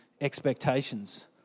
expectations